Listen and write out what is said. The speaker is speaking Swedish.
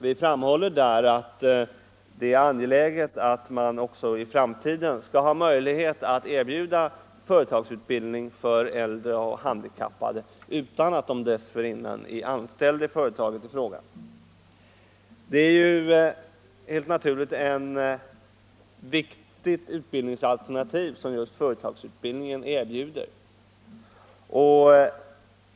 Vi framhåller där att det är angeläget att man också i framtiden skall ha möjlighet att erbjuda företagsutbildning för äldre och handikappade utan att de dessförinnan är anställda i företaget. Företagsutbildning utgör ett viktigt utbildningsalternativ.